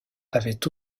avaient